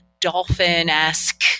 dolphin-esque